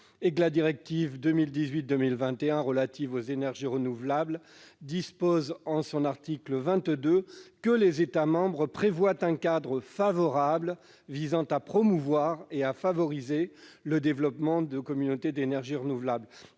et que la directive 2018/2001 relative aux énergies renouvelables dispose en son article 22 que « les États membres prévoient un cadre favorable visant à promouvoir et à favoriser le développement de communautés d'énergie renouvelable